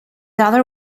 other